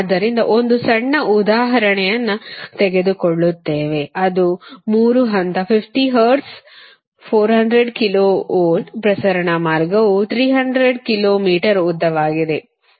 ಆದ್ದರಿಂದ ಒಂದು ಸಣ್ಣ ಉದಾಹರಣೆಯನ್ನು ತೆಗೆದುಕೊಳ್ಳುತ್ತೇವೆ ಅದು 3 ಹಂತ 50 ಹರ್ಟ್ಜ್ 400 k v ಪ್ರಸರಣ ಮಾರ್ಗವು 300 ಕಿಲೋ ಮೀಟರ್ ಉದ್ದವಾಗಿದೆ